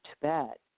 Tibet